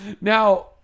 Now